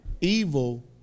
Evil